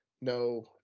no